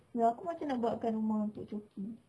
wei aku macam nak buatkan rumah untuk coki